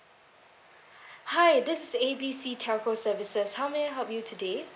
hi this is A B C telco services how may I help you today